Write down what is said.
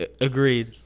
Agreed